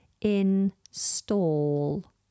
install